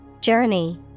Journey